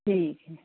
ठीक है